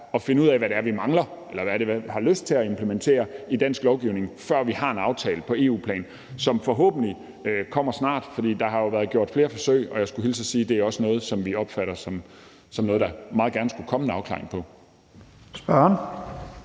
at finde ud af, hvad det er, vi mangler, eller hvad det er, vi har lyst til at implementere i dansk lovgivning, før vi har en aftale på EU-plan, som forhåbentlig kommer snart, for der har jo været gjort flere forsøg. Jeg skulle hilse og sige, at det også er noget, som vi opfatter som noget, der meget gerne skulle komme en afklaring på.